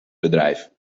bedrijf